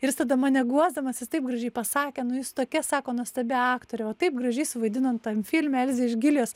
ir jis tada mane guosdamas jis taip gražiai pasakė nu jūs tokia sako nuostabi aktorė o taip gražiai suvaidinont tam filme elzė iš gilijos